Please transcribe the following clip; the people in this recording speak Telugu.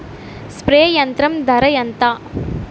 స్ప్రే యంత్రం ధర ఏంతా?